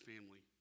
family